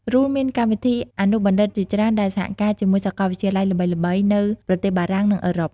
RULE មានកម្មវិធីអនុបណ្ឌិតជាច្រើនដែលសហការជាមួយសាកលវិទ្យាល័យល្បីៗនៅប្រទេសបារាំង និងអឺរ៉ុប។